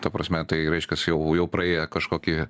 ta prasme tai reiškias jau jau praėję kažkokį